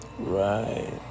right